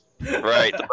Right